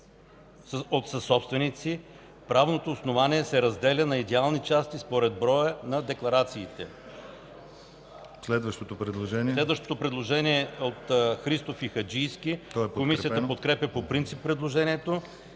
от съсобственици, правното основание се разделя на идеални части според броя декларации.” Следващото предложение е от народните представители Христов и Хаджийски. Комисията подкрепя по принцип предложението.